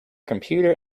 computer